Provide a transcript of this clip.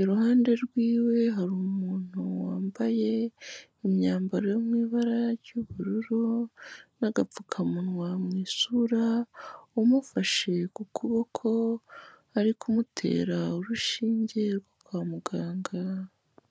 iruhande rwiwe hari umuntu wambaye imyambaro yo mu ibara ry'ubururu n'agapfukamunwa mu isura umufashe ku kuboko, ari kumutera urushinge rwo kwa muganga.